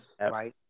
right